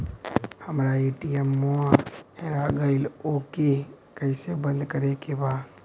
हमरा ए.टी.एम वा हेरा गइल ओ के के कैसे बंद करे के बा?